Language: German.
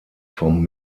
vom